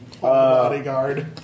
bodyguard